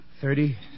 thirty